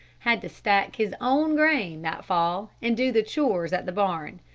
had to stack his own grain that fall and do the chores at the barn.